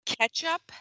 ketchup